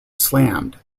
slammed